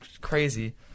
crazy